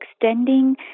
extending